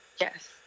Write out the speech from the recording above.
Yes